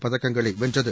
பதக்கங்களை வென்றது